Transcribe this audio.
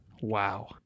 Wow